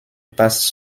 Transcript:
passe